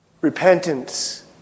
Repentance